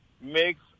makes